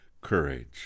courage